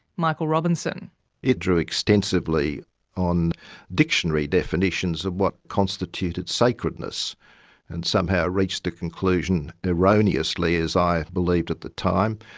michael robinson it drew extensively on dictionary definitions of what constituted sacredness and somehow reached the conclusion, erroneously as i believed at the time,